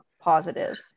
positive